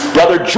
Brother